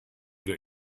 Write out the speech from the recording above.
der